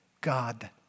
God